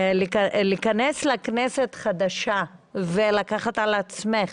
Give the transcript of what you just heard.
להיכנס לכנסת חדשה ולקחת על עצמך